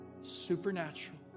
Supernatural